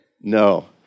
No